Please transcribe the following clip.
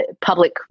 public